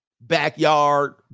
backyard